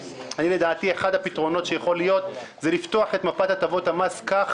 לדעתי אחד הפתרונות שיכולים להיות זה לפתוח את מפת הטבות המס כך